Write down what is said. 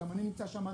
גם אני נמצא שם.